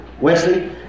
Wesley